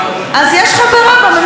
ועכשיו היוצרים,